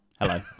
Hello